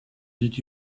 did